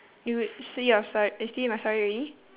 you see your stor~ uh see my story already